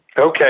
Okay